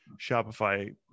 Shopify